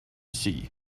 see